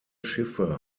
schiffe